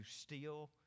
steal